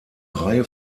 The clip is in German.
reihe